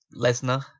Lesnar